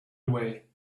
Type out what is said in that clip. away